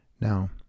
now